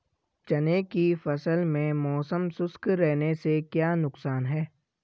चने की फसल में मौसम शुष्क रहने से क्या नुकसान है?